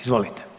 Izvolite.